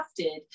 crafted